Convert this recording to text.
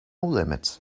limits